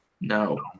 No